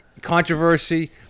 controversy